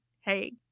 hey